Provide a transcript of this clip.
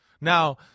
Now